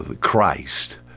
Christ